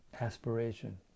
aspiration